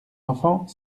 enfants